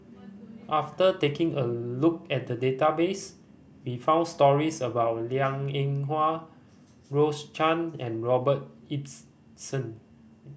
after taking a look at the database we found stories about Liang Eng Hwa Rose Chan and Robert Ibbetson